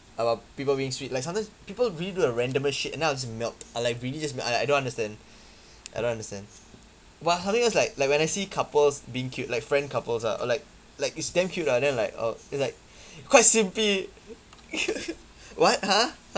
about people being sweet like sometimes people really do the randomest shit and then I'll just melt I like really just melt like I don't understand I don't understand why how do you guys like like when I see couples being cute like friend couples uh or like like it's damn cute lah then I'm like oh then like quite simpy what !huh!